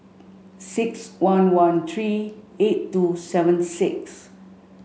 six one one three eight two seven six